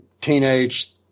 teenage